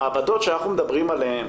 המעבדות שאנחנו מדברים עליהן,